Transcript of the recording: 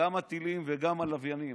הטילים וגם הלוויינים.